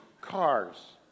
cars